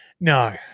no